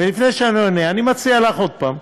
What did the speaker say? ולפני שאני עונה, אני מציע לך עוד פעם,